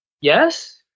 yes